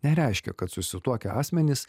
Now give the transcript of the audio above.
nereiškia kad susituokę asmenys